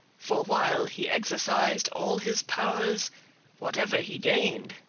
for while he exercised all his powers whatever he gained,